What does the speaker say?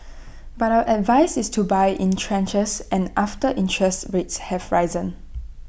but our advice is to buy in tranches and after interest rates have risen